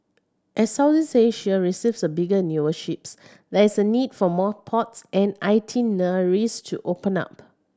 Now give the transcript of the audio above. as Southeast Asia receives bigger and newer ships there's a need for more ports and itineraries to open up